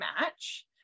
match